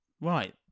Right